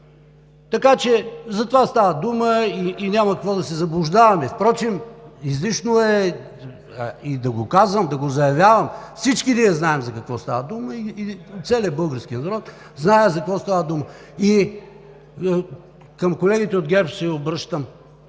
Така че за това става дума и няма какво да се заблуждаваме. Впрочем, излишно е и да го казвам и да го заявявам. Всички ние знаем за какво става дума и целият български народ знае за какво става дума. Обръщам се към колегите от ГЕРБ: какво